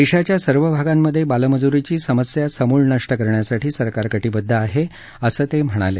देशाच्या सर्व भागांमधे बालमजूरीची समस्या समूळ नष्ट करण्यासाठी सरकार कटीबद्ध आहे असं ते म्हणाले